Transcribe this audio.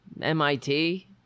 MIT